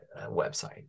website